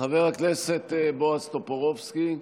חבר הכנסת בועז טופורובסקי,